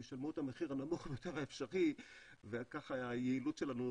ישלמו את המחיר הנמוך ביותר האפשרי וכך היעילות שלנו